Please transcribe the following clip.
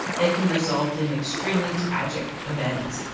they can result in extremely tragic events.